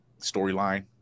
storyline